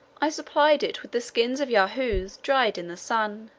i supplied it with the skins of yahoos dried in the sun.